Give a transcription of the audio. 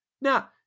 Now